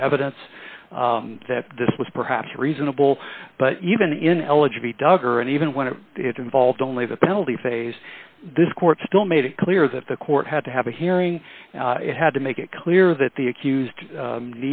on evidence that this was perhaps reasonable but even in elegy duggar and even when it involved only the penalty phase this court still made it clear that the court had to have a hearing it had to make it clear that the accused